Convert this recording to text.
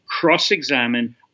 cross-examine